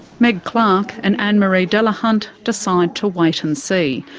meg clark and anne marie delahunt decide to wait and see,